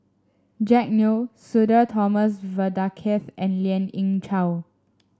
Jack Neo Sudhir Thomas Vadaketh and Lien Ying Chow